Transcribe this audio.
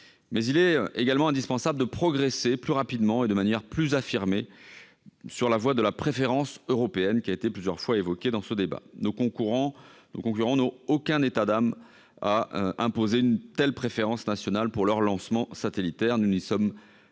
mais il est également indispensable de progresser plus rapidement et de manière plus affirmée sur la voie de la préférence européenne, qui a plusieurs fois été évoquée dans ce débat. Nos concurrents n'ont aucun état d'âme à imposer une telle préférence nationale pour leur lancement satellitaire. Nous n'y sommes